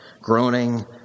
groaning